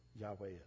Yahweh